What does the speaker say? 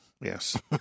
Yes